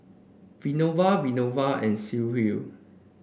Vinoba Vinoba and Sudhir